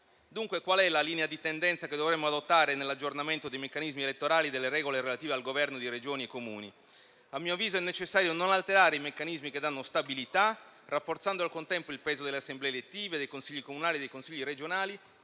Dunque, qual è la linea di tendenza che dovremo adottare nell'aggiornamento dei meccanismi elettorali e delle regole relative al governo di Regioni e Comuni? A mio avviso, è necessario non alterare i meccanismi che danno stabilità, rafforzando al contempo il peso delle assemblee elettive, dei consigli comunali e dei consigli regionali,